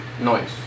noise